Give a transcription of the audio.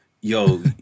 Yo